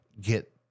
get